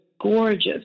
gorgeous